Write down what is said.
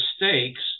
mistakes